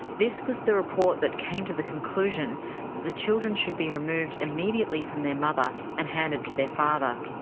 this was the report that came to the conclusion that the children should be removed immediately from their mother and handed to their father.